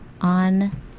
on